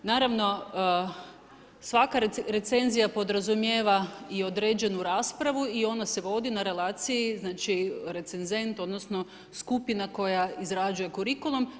Naravno svaka recenzija podrazumijeva i određenu raspravu i ona se vodi na relaciji, znači recenzent odnosno skupina koja izrađuje kurikulum.